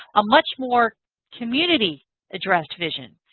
a much more community addressed vision.